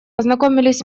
ознакомились